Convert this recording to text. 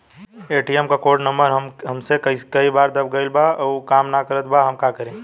ATM क code number हमसे कई बार दब गईल बा अब उ काम ना करत बा हम का करी?